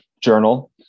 journal